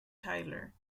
tyler